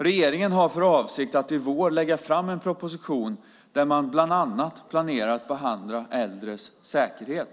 Regeringen har för avsikt att i vår lägga fram en proposition där man bland annat planerar att behandla äldres säkerhet.